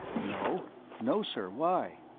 no no, sir. why?